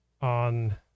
on